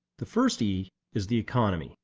the first e is the economy,